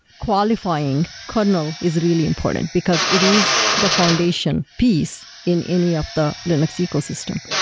qualifying kernel is really important, because it is the foundation piece in any of the linux ecosystem.